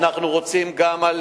אנחנו רוצים גם על